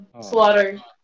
slaughter